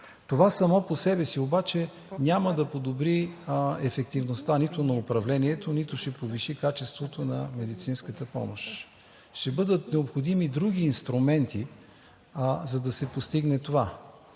Това само по себе си обаче няма да подобри ефективността нито на управлението, нито ще повиши качеството на медицинската помощ. Ще бъдат необходими други инструменти, за да се постигне това.